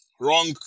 wrong